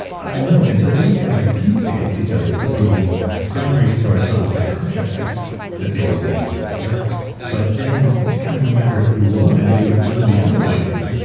i know. and so they would kind of compete against each other for bringing primary source on the contracts that they were bidding for but kind of no matter who won, they would bring the other one in,